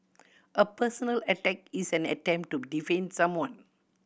a personal attack is an attempt to defame someone